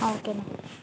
ആ ഓക്കെ എന്നാൽ